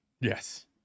yes